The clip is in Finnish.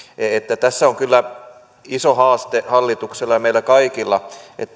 tässä on kyllä iso haaste hallitukselle ja meille kaikille että